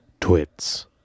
twits